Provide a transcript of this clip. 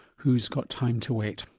who's got time to wait?